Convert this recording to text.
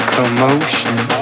Commotion